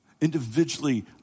individually